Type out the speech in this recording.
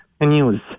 news